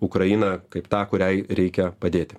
ukrainą kaip tą kuriai reikia padėti